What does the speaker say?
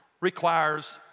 requires